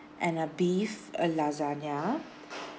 and a beef a lasagna